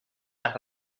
las